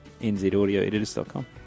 nzaudioeditors.com